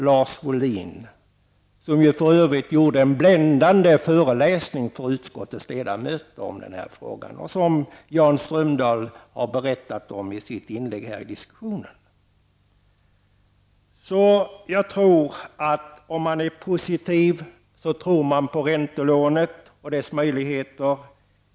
Lars Wohlin gjorde för övrigt en bländande föreläsning för utskottets ledamöter i den här frågan, vilket Jan Strömdahl har berättat om i sitt inlägg här i diskussionen. Om man är positiv, tror man på räntelånet och dess möjligheter.